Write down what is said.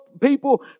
people